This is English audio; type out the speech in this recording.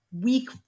week